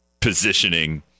positioning